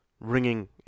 ringing